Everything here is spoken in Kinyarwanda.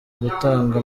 gutanga